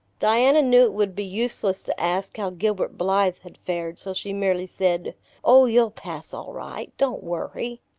diana knew it would be useless to ask how gilbert blythe had fared, so she merely said oh, you'll pass all right. don't worry.